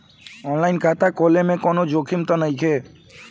आन line खाता खोले में कौनो जोखिम त नइखे?